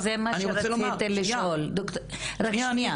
בדיוק זה מה שרציתי לשאול, רק שנייה.